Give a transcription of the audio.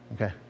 Okay